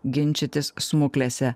ginčytis smuklėse